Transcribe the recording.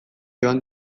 joan